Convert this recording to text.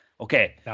okay